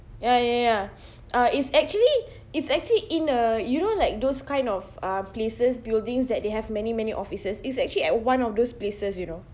ya ya ya uh it's actually it's actually in a you know like those kind of uh places buildings that they have many many offices it's actually at one of those places you know